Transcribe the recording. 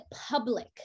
public